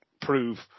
prove